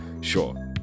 Sure